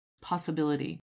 possibility